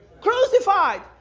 crucified